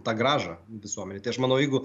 tą grąžą visuomenei tai aš manau jeigu